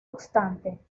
obstante